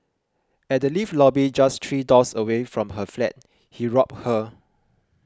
at the lift lobby just three doors away from her flat he robbed her